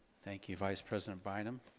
thank you, vice president bynum.